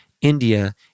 India